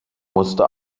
musste